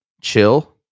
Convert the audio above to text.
chill